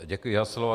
Děkuji za slovo.